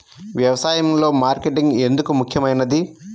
వ్యసాయంలో మార్కెటింగ్ ఎందుకు ముఖ్యమైనది?